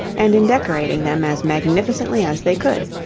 and in decorating them as magnificently as they could.